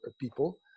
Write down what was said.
people